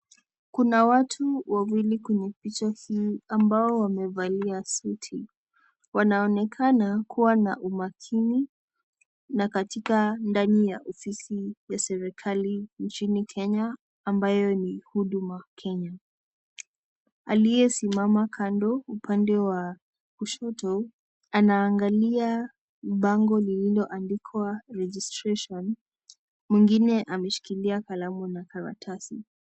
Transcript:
Kuna watu wawili kwenye picha hii ambao wamevalia suti. Wanaonekana kuwa na umakini na katika ndani ya ofisi ya serikali nchini Kenya ambayo ni huduma. Aliyesimama kando upande wa kushoto anaangalia bango lililoandikwa registration , mwingine ameshikilia kalamu na karatasi.